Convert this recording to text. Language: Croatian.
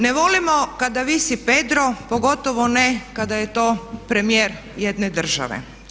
Ne volimo kada visi Pedro, pogotovo ne kada je to premijer jedne države.